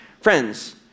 friends